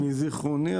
מזיכרוני,